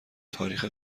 تاریخ